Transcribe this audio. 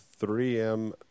3M